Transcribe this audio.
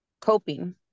coping